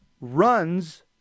runs